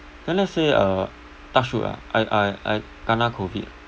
then let's say uh touch wood ah I I I kena COVID ah